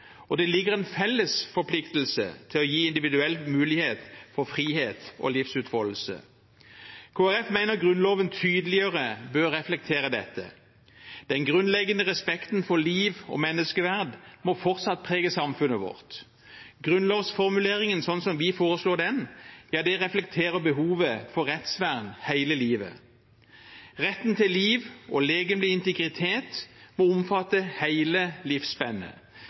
og en felles forpliktelse til å gi individuell mulighet for frihet og livsutfoldelse. Kristelig Folkeparti mener Grunnloven tydeligere bør reflektere dette. Den grunnleggende respekten for liv og menneskeverd må fortsatt prege samfunnet vårt. Grunnlovsformuleringen slik vi foreslår den, reflekterer behovet for rettsvern hele livet. Retten til liv og legemlig integritet må omfatte hele